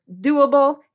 doable